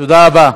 תודה רבה.